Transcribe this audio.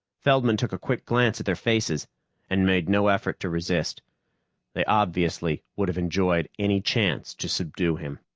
feldman took a quick glance at their faces and made no effort to resist they obviously would have enjoyed any chance to subdue him.